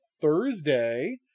Thursday